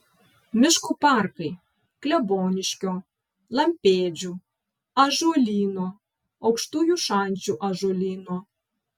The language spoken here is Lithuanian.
miško parkai kleboniškio lampėdžių ąžuolyno aukštųjų šančių ąžuolyno